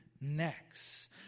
Next